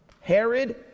Herod